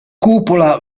cupola